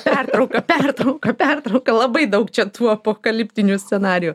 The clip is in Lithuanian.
pertrauka pertrauka pertrauka labai daug čia tų apokaliptinių scenarijų